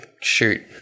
shoot